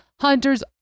hunters